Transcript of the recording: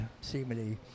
seemingly